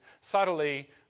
subtly